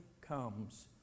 comes